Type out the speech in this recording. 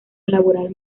laboral